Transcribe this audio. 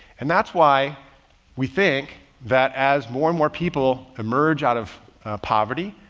and that's why we think that as more and more people emerge out of poverty,